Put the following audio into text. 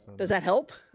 does that help?